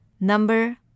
Number